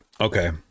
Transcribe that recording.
Okay